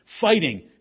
Fighting